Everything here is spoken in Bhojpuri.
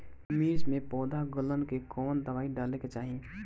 मिर्च मे पौध गलन के कवन दवाई डाले के चाही?